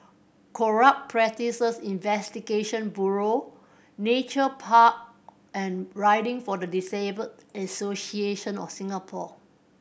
Corrupt Practices Investigation Bureau Nature Park and Riding for the Disabled Association of Singapore